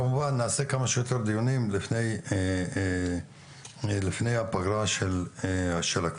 כמובן נעשה כמה שיותר דיונים לפני הפגרה של הכנסת.